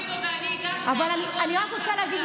אלי רביבו ואני הגשנו, אבל הוא עשה את העבודה.